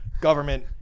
government